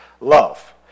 love